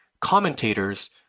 commentators